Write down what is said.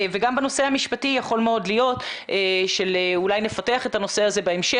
וגם בנושא המשפטי יכול מאוד להיות שאולי נפתח את הנושא הזה בהמשך.